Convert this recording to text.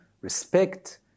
respect